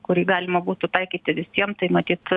kurį galima būtų taikyti visiem tai matyt